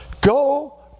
Go